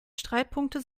streitpunkte